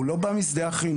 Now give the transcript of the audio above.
הוא לא בא משדה החינוך.